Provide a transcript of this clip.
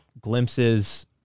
glimpses